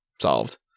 solved